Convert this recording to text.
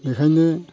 बेखायनो